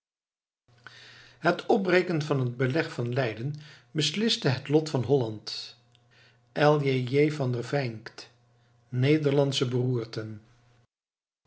het opbreken van het beleg van leiden besliste het lot van holland